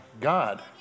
God